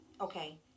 Okay